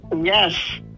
Yes